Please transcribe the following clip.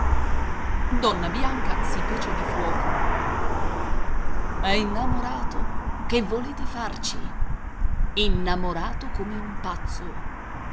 donna bianca si fece di fuoco è innamorato che volete farci innamorato come un pazzo